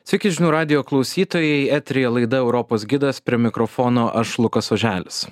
sveiki žinių radijo klausytojai eteryje laida europos gidas prie mikrofono aš lukas oželis